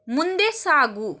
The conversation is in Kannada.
ಮುಂದೆ ಸಾಗು